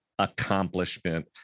accomplishment